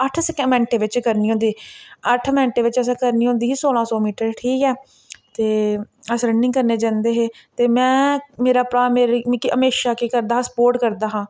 अट्ठ मैंटें बिच्च करनी होंदी अट्ठ मैंटे बिच्च असें करनी होंदी ही सोलां सौ मीटर ठीक ऐ ते अस रनिंग करने जंदे हे ते में मेरा भ्राऽ मेरे लेई मिकी हमेशां केह् करदा हा सपोर्ट करदा हा